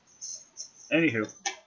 Anywho